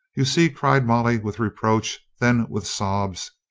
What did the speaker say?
you see! cried molly with reproach then with sobs,